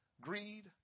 greed